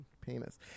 Penis